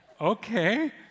okay